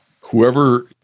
whoever